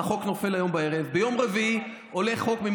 החוק נופל היום בערב,